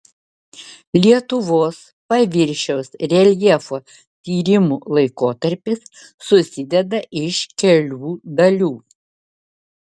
lietuvos paviršiaus reljefo tyrimų laikotarpis susideda iš kelių dalių